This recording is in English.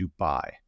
Dubai